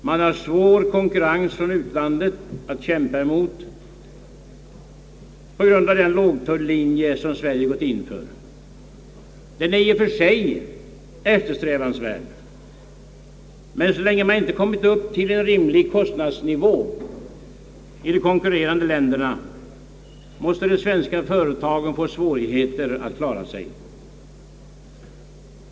Man har svår konkurrens från utlandet att kämpa emot på grund av den lågtulllinje som Sverige gått in för. Den är i och för sig eftersträvansvärd, men så länge man inte kommit upp till en rimlig kostnadsnivå i de konkurrerande länderna måste de svenska företagen få svårigheter att klara sig.